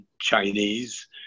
Chinese